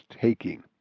taking